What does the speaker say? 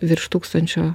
virš tūkstančio